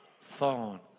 phone